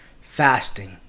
fasting